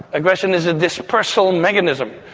aggression is a dispersal mechanism,